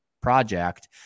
project